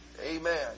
Amen